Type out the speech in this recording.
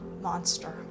Monster